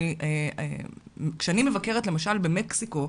כשאני מבקרת למשל במקסיקו,